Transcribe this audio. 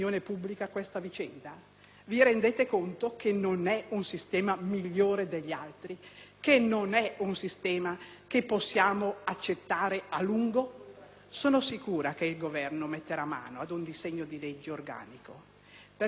Vi rendete conto che non è un sistema migliore degli altri e non possiamo accettarlo a lungo? Sono sicura che il Governo metterà mano ad un disegno di legge organico, nel